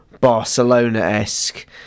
Barcelona-esque